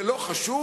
זה לא חשוב?